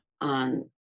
on